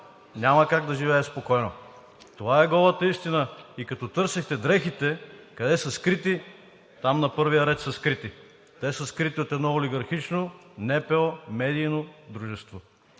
няма как да живее спокойно. Това е голата истина. И като търсихте дрехите къде са скрити – там, на първия ред са скрити. Те са скрити от едно олигархично НПО, медийно дружество.